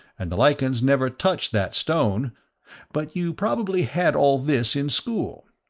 and the lichens never touch that stone but you probably had all this in school.